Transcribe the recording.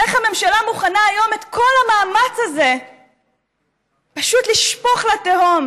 איך הממשלה מוכנה היום את כל המאמץ הזה פשוט לשפוך לתהום